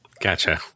Gotcha